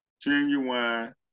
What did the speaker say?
Genuine